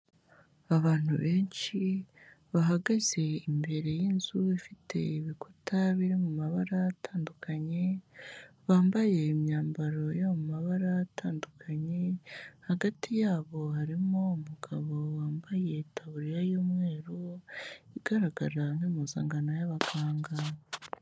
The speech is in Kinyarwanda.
Abantu benshi bahagaze imbere y'inzu ifite ibikuta biri mu mabara atandukanye, bambaye imyambaro yo mu mabara atandukanye, hagati yabo harimo umugabo wambaye itaburiya y'umweru igaragara nk'impuzangano y'abaganga.